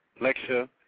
lecture